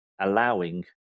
allowing